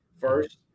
first